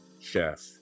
chef